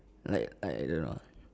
like like I don't know